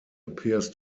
appears